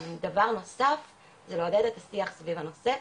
דבר נוסף זה לעודד את השיח סביב הנושא.